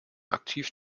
aktiv